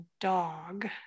dog